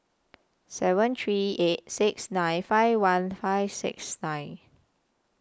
seven three eight six nine five one five six nine